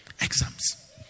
exams